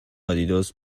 آدیداس